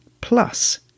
plus